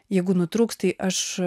jeigu nutrūks tai aš